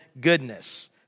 goodness